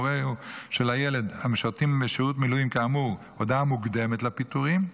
הורהו של ילדם משרתים בשירות מילואים כאמור הודעה מוקדמת לפיטורים,